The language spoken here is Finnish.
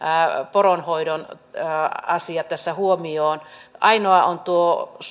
poronhoidon asiat tässä huomioon ainoa on tuo